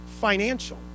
financial